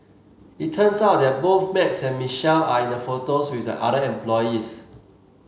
it turns out that both Max and Michelle are in the photos with the other employees